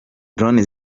drones